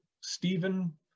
Stephen